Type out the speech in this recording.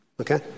Okay